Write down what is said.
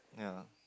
ya